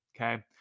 Okay